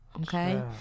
Okay